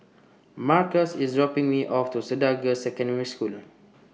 Markus IS dropping Me off to Cedar Girls' Secondary scholar